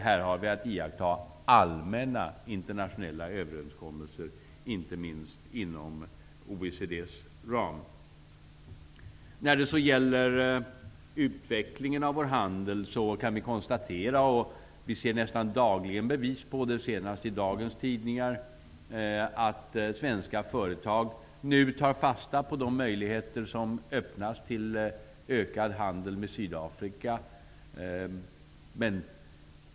Här har vi att iaktta allmänna internationella överenskommelser, inte minst inom Vi ser nästan dagligen, senast i dagens tidningar, bevis på att svenska företag tar fasta på de möjligheter som öppnas för ökad handel med Sydafrika.